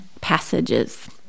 passages